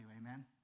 amen